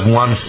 one